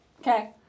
Okay